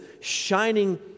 shining